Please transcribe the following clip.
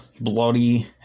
bloody